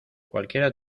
cualquiera